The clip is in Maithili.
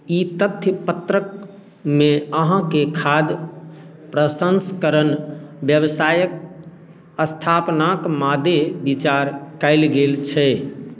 ई तथ्य पत्रकमे अहाँके खाद्य प्रसँस्करण बेवसाइके स्थापनाके मादे विचार कएल गेल छै